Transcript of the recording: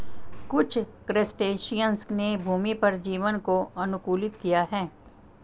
कुछ क्रस्टेशियंस ने भूमि पर जीवन को अनुकूलित किया है